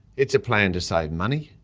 it's a plan to save money,